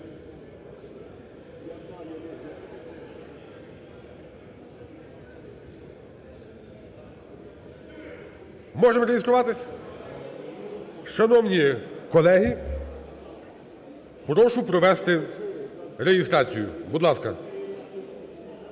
Можемо реєструватись? Шановні колеги, прошу провести реєстрацію. Будь ласка.